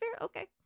Okay